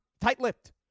Tight-lipped